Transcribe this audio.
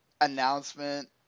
announcement